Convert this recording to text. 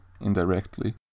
indirectly